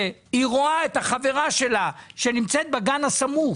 שהיא רואה את החברה שלה שנמצאת בגן הסמוך